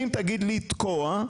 אם תגיד לי תקוע,